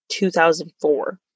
2004